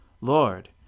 Lord